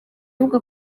avuga